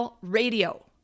Radio